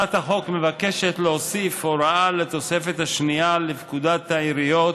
הצעת החוק מבקשת להוסיף הוראה לתוספת השנייה לפקודת העיריות